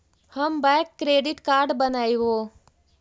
हम bank credit card बनैवो?